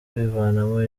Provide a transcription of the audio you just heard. kwivanamo